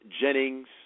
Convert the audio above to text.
Jennings